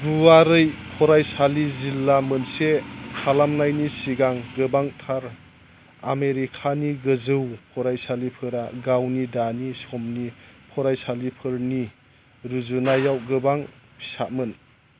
गुवारै फरायसालि जिल्ला मोनसे खालामनायनि सिगां गोबांथार आमेरिकानि गोजौ फरायसालिफोरा गावनि दानि समनि फराइसालिफोरनि रुजुनायाव गोबां फिसामोन